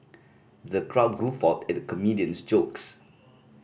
the crowd guffawed at the comedian's jokes